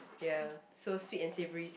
ya so sweet and savoury